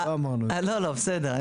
אפשר להגיד --- לא אמרנו את זה.